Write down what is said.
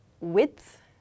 width